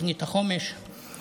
תוכנית החומש,